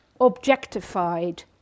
objectified